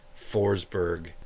Forsberg